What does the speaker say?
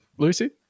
Lucy